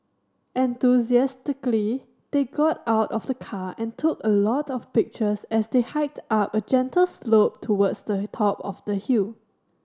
enthusiastically they got out of the car and took a lot of pictures as they hiked up a gentle slope towards the top of the hill